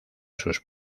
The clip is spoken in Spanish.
sus